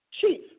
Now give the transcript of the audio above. chief